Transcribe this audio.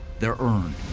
they're earned.